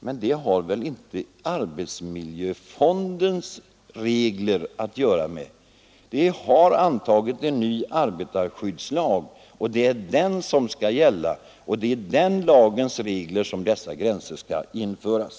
Men det har inte med arbetsmiljöfondens regler att göra. Vi har antagit en ny arbetarskyddslag som skall gälla, och det är i den lagens regler som dessa gränser skall införas.